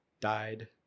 Died